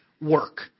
work